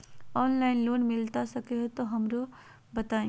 Online loan मिलता सके ला तो हमरो बताई?